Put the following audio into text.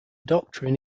doctrine